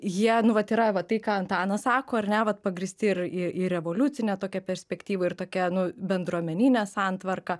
jie nu vat yra va tai ką antanas sako ar ne vat pagrįsti ir į į revoliucinę tokią perspektyvą ir tokią nu bendruomeninę santvarką